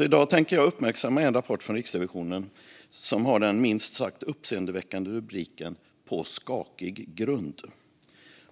I dag tänker jag uppmärksamma en rapport från Riksrevisionen som har den minst sagt uppseendeväckande rubriken På skakig grund .